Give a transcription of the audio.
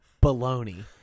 Bologna